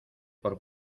por